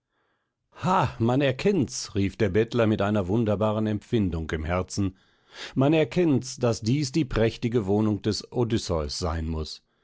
man erkennt's rief der bettler mit einer wunderbaren empfindung im herzen man erkennt's daß dies die prächtige wohnung des odysseus sein muß